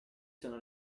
sono